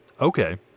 Okay